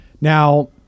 Now